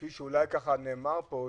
כפי שנאמר פה,